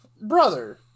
brother